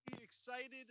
excited